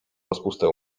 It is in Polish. rozpustę